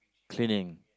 cleaning